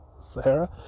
Sahara